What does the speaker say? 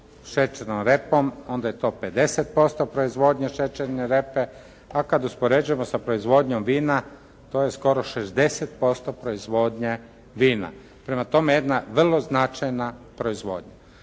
šećernom repom onda je to 50% proizvodnje šećerne repe, a kad uspoređujemo sa proizvodnjom vina to je skoro 60% proizvodnje vina. Prema tome, jedna vrlo značajna proizvodnja.